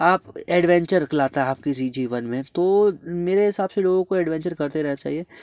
आप एडवेंचर आपके जीवन में तो मेरे हिसाब से लोगों को एडवेंचर करते रहना चाहिए